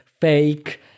fake